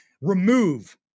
remove